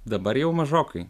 dabar jau mažokai